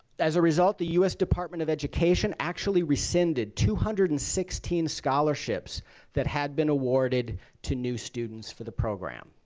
as a result, the u s. department of education actually rescinded two hundred and sixteen scholarships that had been awarded to new students for the program.